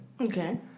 Okay